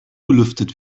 belüftet